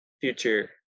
future